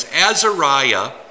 Azariah